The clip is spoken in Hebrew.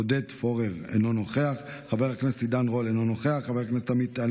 אינו נוכח, חבר הכנסת עופר כסיף,